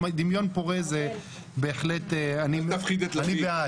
דמיון פורה זה בהחלט, אני בעד.